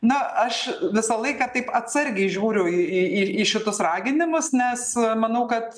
na aš visą laiką taip atsargiai žiūriu į į į šitus raginimus nes manau kad